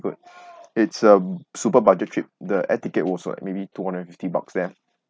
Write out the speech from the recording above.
good it's a super budget trip the air ticket was like maybe two hundred and fifty bucks there